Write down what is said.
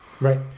Right